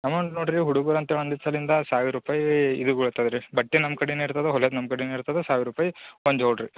amount ನೋಡಿರಿ ಹುಡುಗರು ಅಂತ ಒಂದು ದಿಸಲಿಂದ ಸಾವಿರ ರೂಪಾಯಿ ಇದು ಬೀಳ್ತಾವೆ ರೀ ಬಟ್ಟೆ ನಮ್ಮ ಕಡೆನೇ ಇರ್ತದೆ ಹೊಲಿಯಾದು ನಮ್ಮ ಕಡೇನೇ ಇರ್ತದೆ ಸಾವಿರ ರೂಪಾಯಿ ಒಂದು ಜೋಡಿ